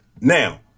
now